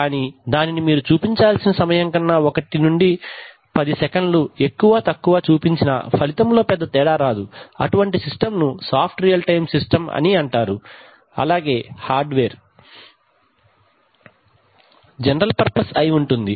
కానీ దానిని మీరు చూపించాల్సిన సమయం కన్నా ఒక రెండు నుండి పది సేకన్లు ఎక్కువ తక్కువ చూపించినా ఫలితములో పెద్ద తేడా రాదు అటువంటి సిస్టమ్ ను సాఫ్ట్ రియల్ టైమ్ సాఫ్ట్వేర్ అని అంటాము అలాగే హార్డ్ వేర్ జనరల్ పర్పస్ అయి ఉంటుంది